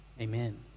Amen